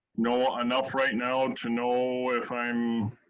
know ah enough right now to know if i'm,